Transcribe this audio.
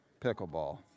pickleball